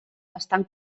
estan